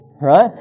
right